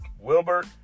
Wilbert